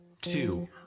two